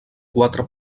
quatre